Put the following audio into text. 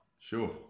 Sure